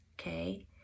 okay